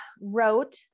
wrote-